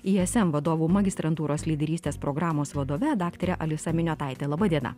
ism vadovų magistrantūros lyderystės programos vadove daktare alisa miniotaite laba diena